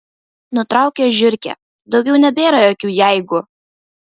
nutraukė žiurkė daugiau nebėra jokių jeigu